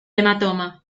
hematoma